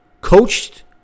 coached